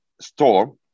store